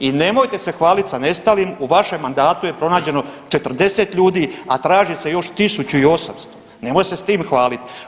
I nemojte se hvaliti sa nestalim, u vašem mandatu je pronađeno 40 ljudi, a traži se još 1800, nemoj se s tim hvalit.